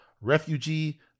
Refugee